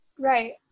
Right